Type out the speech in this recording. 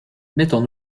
mettons